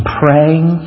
praying